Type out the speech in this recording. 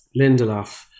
Lindelof